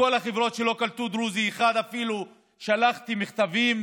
לכל החברות שלא קלטו אפילו דרוזי אחד שלחתי מכתבים.